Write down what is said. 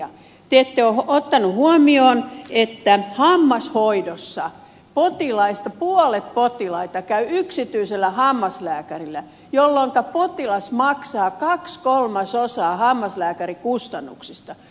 te ette ole ottanut huomioon että hammashoidossa puolet potilaista käy yksityisellä hammaslääkärillä jolloinka potilas maksaa kaksi kolmasosaa hammaslääkärikustannuksista